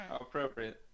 appropriate